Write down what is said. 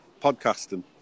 Podcasting